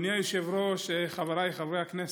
אדוני היושב-ראש, חבריי חברי הכנסת,